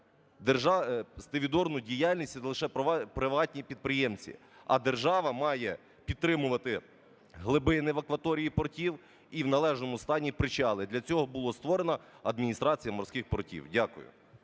держава має підтримувати глибини в акваторії портів і в належному стані причали. Для цього було створено "Адміністрацію морських портів". Дякую.